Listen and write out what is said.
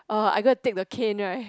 uh I go and take the cane right